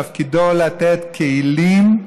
תפקידו לתת כלים,